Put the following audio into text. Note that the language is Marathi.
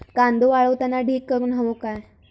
कांदो वाळवताना ढीग करून हवो काय?